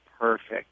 perfect